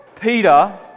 Peter